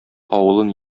авылын